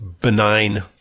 benign